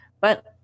But-